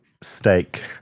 steak